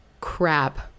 crap